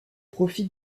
profit